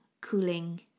cooling